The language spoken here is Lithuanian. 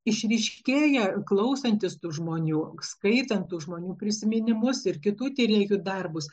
išryškėja klausantis tų žmonių skaitant tų žmonių prisiminimus ir kitų tyrėjų darbus